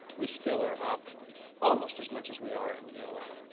we still are up almost as much as we are in ela.